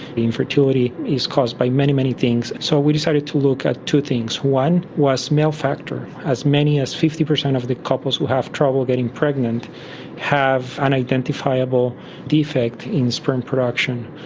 infertility is caused by many, many things. so we decided to look at two things. one was male factor. as many as fifty percent of the couples who have trouble getting pregnant have an identifiable defect in sperm production.